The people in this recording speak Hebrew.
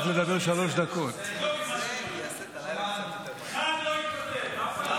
זה נכון שגם מי שלקח אחריות מהצבא, מהשב"כ,